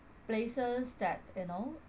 places that you know